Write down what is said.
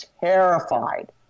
terrified